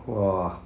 !wah!